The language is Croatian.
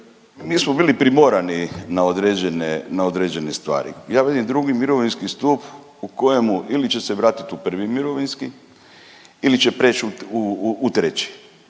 Mi smo bili primorani na određene, na određene stvari. Ja vidim II. mirovinski stup u kojemu ili će se vratit u I. mirovinski ili će preć u,